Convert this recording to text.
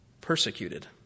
persecuted